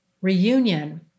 reunion